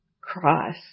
cross